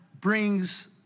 brings